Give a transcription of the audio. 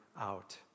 out